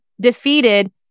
defeated